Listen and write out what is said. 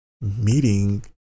meeting